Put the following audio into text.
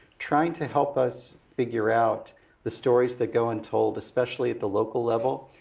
trying to help us figure out the stories that go untold, especially at the local level.